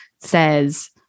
says